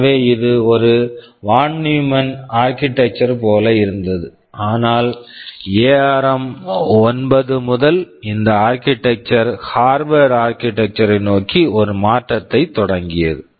எனவே இது ஒரு von Neumann von Neumann architecture architecture போல இருந்தது ஆனால் எஆர்ம் ARM 9 முதல் இந்த architecture architecture Harvard Harvard architecture architecture ஐ நோக்கி ஒரு மாற்றத்தைத் தொடங்கியது